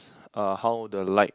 uh how the light